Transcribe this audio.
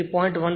તેથી 0